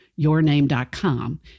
yourname.com